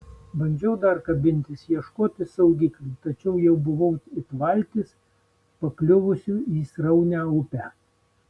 bandžiau dar kabintis ieškoti saugiklių tačiau jau buvau it valtis pakliuvusi į sraunią upę